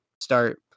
start